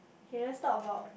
okay let's talk about